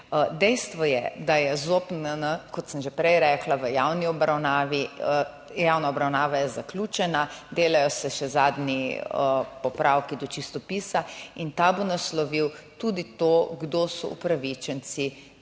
Dejstvo je, da je ZOPNN, kot sem že prej rekla, v javni obravnavi. Javna obravnava je zaključena. Delajo se še zadnji popravki do čistopisa. In ta bo naslovil tudi to, kdo so upravičenci